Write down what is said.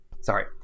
Sorry